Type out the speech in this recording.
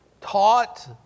taught